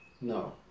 No